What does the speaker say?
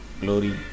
glory